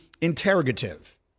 interrogative